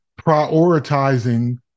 prioritizing